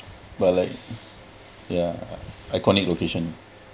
but like ya I connect location